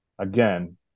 Again